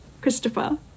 Christopher